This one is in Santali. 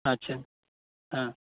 ᱟᱪᱪᱷᱟ ᱦᱮᱸ